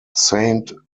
saint